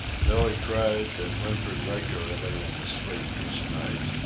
billee cried and whimpered regularly in his sleep each night.